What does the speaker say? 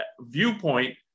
viewpoint